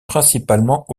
principalement